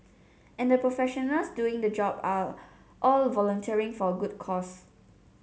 and the professionals doing the job are all volunteering for a good cause